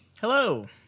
Hello